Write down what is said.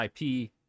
IP